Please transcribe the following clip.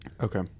okay